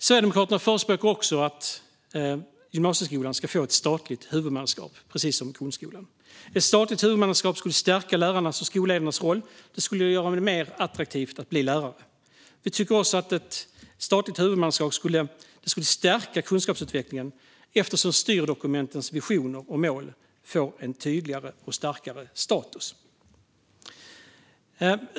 Sverigedemokraterna förespråkar också att gymnasieskolan ska få ett statligt huvudmannaskap precis som grundskolan. Ett statligt huvudmannaskap skulle stärka lärarnas och skolledarnas roll och göra det mer attraktivt att bli lärare. Vi anser också att ett statligt huvudmannaskap skulle stärka kunskapsutvecklingen eftersom styrdokumentens visioner och mål får en tydligare och starkare status.